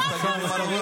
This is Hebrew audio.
מי?